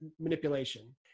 manipulation